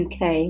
UK